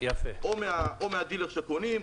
או מהדילר שקונים ממנו,